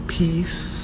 peace